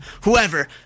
whoever